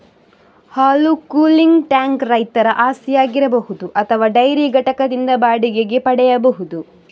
ಹಾಲು cooling tank ರೈತರ ಆಸ್ತಿಯಾಗಿರಬಹುದು ಅಥವಾ ಡೈರಿ ಘಟಕದಿಂದ ಬಾಡಿಗೆಗೆ ಪಡೆಯಬಹುದು